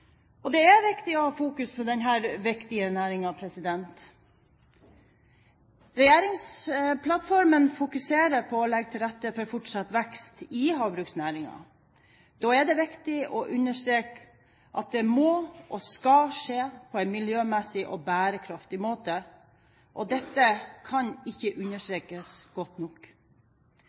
Det er viktig å ha fokus på denne viktige næringen. Regjeringsplattformen fokuserer på å legge til rette for fortsatt vekst i havbruksnæringen. Da er det viktig å understreke at det må og skal skje på en miljømessig og bærekraftig måte. Dette kan ikke understrekes godt nok.